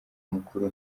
mukuru